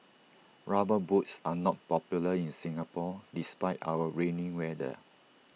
rubber boots are not popular in Singapore despite our rainy weather